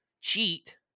cheat